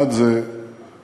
אחד זה המאבק,